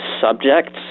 subjects